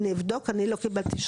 אז אני אבדוק אני לא קיבלתי שום בקשה.